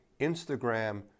Instagram